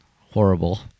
horrible